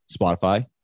Spotify